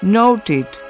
noted